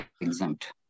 exempt